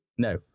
No